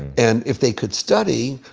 and if they could study,